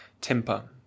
temper